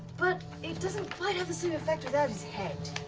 but it doesn't quite have the same effect without his head.